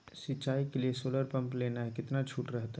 सिंचाई के लिए सोलर पंप लेना है कितना छुट रहतैय?